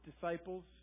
disciples